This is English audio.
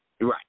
Right